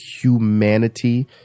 humanity